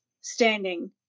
standing